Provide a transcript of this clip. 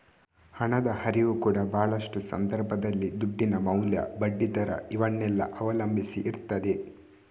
ಹಣದ ಹರಿವು ಕೂಡಾ ಭಾಳಷ್ಟು ಸಂದರ್ಭದಲ್ಲಿ ದುಡ್ಡಿನ ಮೌಲ್ಯ, ಬಡ್ಡಿ ದರ ಇವನ್ನೆಲ್ಲ ಅವಲಂಬಿಸಿ ಇರ್ತದೆ